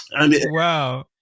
wow